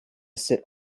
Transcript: sit